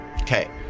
Okay